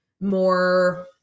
more